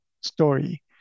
story